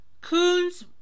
Coons